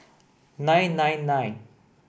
nine nine nine